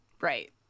right